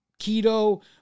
keto